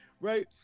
right